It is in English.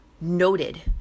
noted